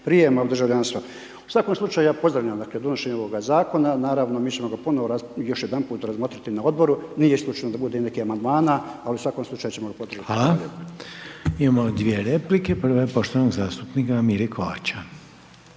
prijema u državljanstva. U svakom slučaju, ja pozdravljam donošenje ovoga zakona, naravno mi ćemo ga ponovo još jedanput razmotriti na odboru. Nije isključeno da bude i nekih amandmana, ali u svakom slučaju ćemo ga podržati. Hvala. **Reiner, Željko (HDZ)** Hvala. Imamo dvije replike, prva je poštovanog zastupnika Mire Kovača.